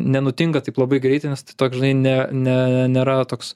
nenutinka taip labai greitai nes tai toks žinai ne ne nėra toks